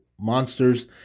monsters